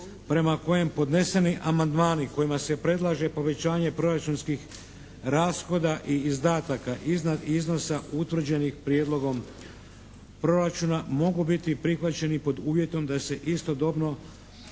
prema kojem podneseni amandmani kojima se predlaže povećanje proračunskih rashoda i izdataka iznad iznosa utvrđenih Prijedlogom proračuna mogu biti prihvaćeni pod uvjetom da se istodobno